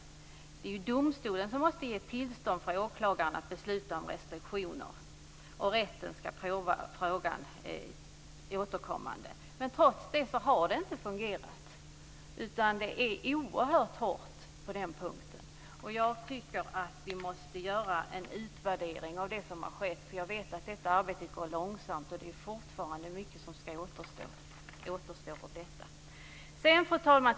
Det är ju domstolen som måste ge åklagaren tillstånd att besluta om restriktioner, och rätten ska pröva frågan återkommande. Trots det har det inte fungerat, utan det är oerhört hårt på den punkten. Jag tycker att vi måste göra en utvärdering av det som har skett. Jag vet att detta arbete går långsamt, och det är fortfarande mycket som återstår. Fru talman!